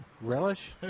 Relish